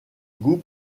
goût